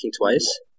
twice